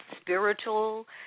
spiritual